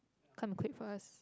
come quick for us